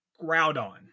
Groudon